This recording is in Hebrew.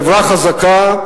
חברה חזקה,